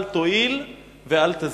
אל תועיל ואל תזיק.